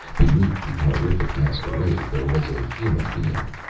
beneath the horrific masquerade there was a human being,